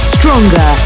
Stronger